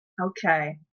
Okay